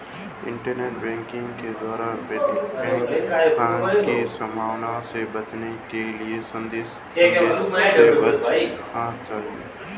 internet banking के दौरान bank fraud की संभावना से बचने के लिए संदिग्ध संदेशों से बचना चाहिए